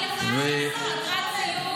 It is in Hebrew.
כי בכניסה שלך הודעתי לך שאנחנו לקראת סיום,